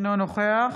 אינו נוכח